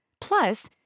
Plus